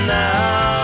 now